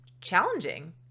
challenging